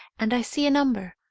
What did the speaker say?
and i see a number,